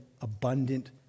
abundant